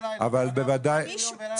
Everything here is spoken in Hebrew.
אבל בוודאי --- יש חיי אדם שנהרגים.